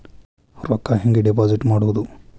ರೊಕ್ಕ ಹೆಂಗೆ ಡಿಪಾಸಿಟ್ ಮಾಡುವುದು?